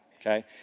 okay